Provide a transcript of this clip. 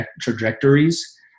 trajectories